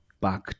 back